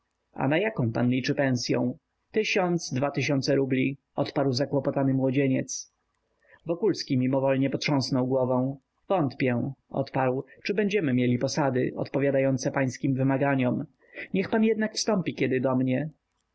a na jaką pan liczy pensyą tysiąc dwa tysiące rubli odparł zakłopotany młodzieniec wokulski mimowoli potrząsnął głową wątpię odparł czy będziemy mieli posady odpowiadające pańskim wymaganiom niech pan jednak wstąpi kiedy do mnie